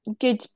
good